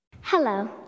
Hello